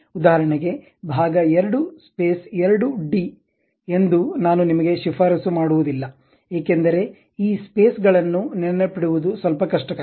ಉದಾಹರಣೆಗೆ ಭಾಗ 2 ಸ್ಪೇಸ್ 2 ಡಿ2 space 2d ಎಂದು ನಾನು ನಿಮಗೆ ಶಿಫಾರಸು ಮಾಡುವುದಿಲ್ಲ ಏಕೆಂದರೆ ಈ ಸ್ಪೇಸ್ ಗಳನ್ನು ನೆನಪಿಡುವದು ಸ್ವಲ್ಪ ಕಷ್ಟಕರ